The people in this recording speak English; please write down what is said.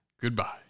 Goodbye